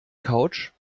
couch